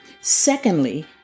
Secondly